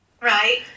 Right